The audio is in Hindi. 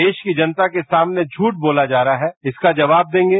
देश की जनता के सामने झूठ बोला जा रहा है इसका जवाब देंगे